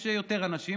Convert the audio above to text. יש יותר אנשים,